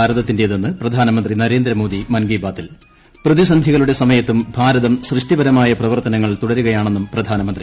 ഭാരതത്തിന്റേതെന്ന് പ്രധാനമന്ത്രി നരേന്ദ്രമോദി മൻകി ബാത്തിൽ പ്രതിസന്ധികളുടെ സമയത്തും ഭാരതം സൃഷ്ടിപരമായ പ്രവർത്തനങ്ങൾ തുടരുകയാണെന്നും പ്രധാനമന്ത്രി